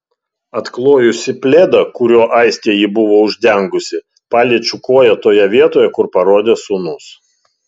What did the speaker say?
atklojusi pledą kuriuo aistė jį buvo uždengusi paliečiu koją toje vietoje kur parodė sūnus